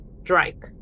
strike